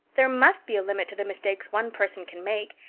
there must be a limit to the mistakes one person can make,